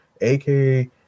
aka